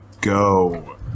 go